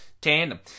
tandem